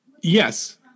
Yes